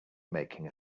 making